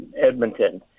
Edmonton